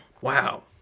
Wow